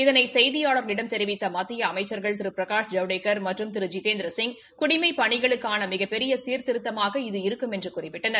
இதனை செய்தியாளர்களிடம் தெிவித்த மத்திய அமைச்சர்கள் திரு பிரகாஷ் ஜவடேக்கர் மற்றும் ஜிதேந்திரசிங் குடிமைப் பணிகளுக்கான மிகப் பெரிய சீர்திருத்தமாக இது இருக்கும் என்று திரு குறிப்பிட்டனர்